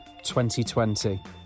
2020